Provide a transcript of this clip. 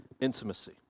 intimacy